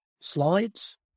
slides